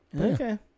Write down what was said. Okay